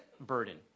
burden